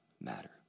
matter